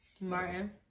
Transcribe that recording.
Martin